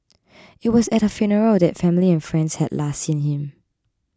it was at her funeral that family and friends had last seen him